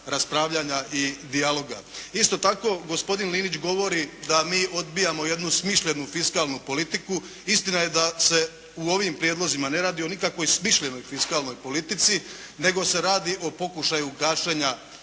raspravljanja i dijaloga. Isto tako, gospodin Linić govori da mi odbijamo jednu smišljenu fiskalnu politiku. Istina je da se u ovim prijedlozima ne radi o nikakvoj smišljenoj fiskalnoj politici, nego se radi o pokušaju gašenja